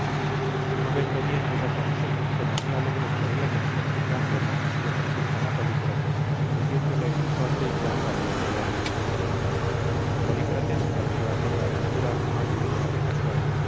no bien lo ven y reconocen cuando muy alegres por el hallazgo van con él y lo presentan a polícrates diciéndole dónde y cómo lo habían hallado a polícrates pareció aquella aventura más divina que casual